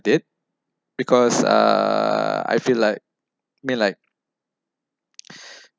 did because uh I feel like mean like